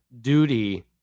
duty